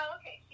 okay